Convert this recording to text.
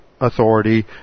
authority